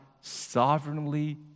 sovereignly